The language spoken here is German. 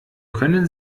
können